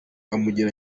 amugira